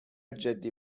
جدی